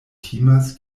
timas